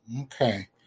Okay